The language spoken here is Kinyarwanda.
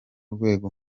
rwego